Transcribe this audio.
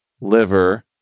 liver